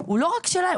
הוא לא רק שלהם,